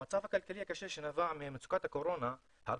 המצב הכלכלי הקשה שנבע ממצוקת קורונה גרם